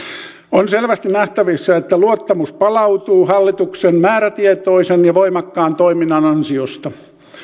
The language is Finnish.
on selvästi nähtävissä että luottamus palautuu hallituksen määrätietoisen ja voimakkaan toiminnan ansiosta